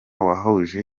wahuje